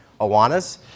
Awanas